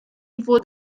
fod